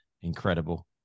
incredible